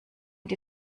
die